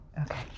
Okay